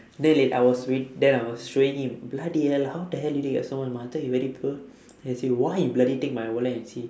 then wait I was wai~ then I was showing him bloody hell how the hell you get so much money I thought you very poor then he say why you bloody take my wallet and see